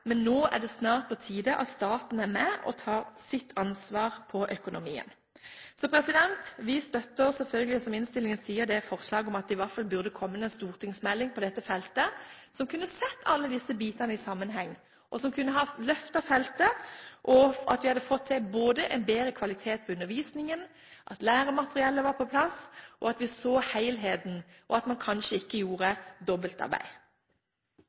Nå er det imidlertid snart på tide at staten er med og tar sitt ansvar for økonomien. Vi støtter selvfølgelig, som innstillingen viser, forslaget om at det i hvert fall burde komme en stortingsmelding på dette feltet som kunne sett alle disse bitene i sammenheng, og som kunne ha løftet feltet, slik at vi hadde fått til en bedre kvalitet på undervisningen, at læremateriellet var på plass, og at vi så helheten, så man kanskje ikke gjorde dobbeltarbeid.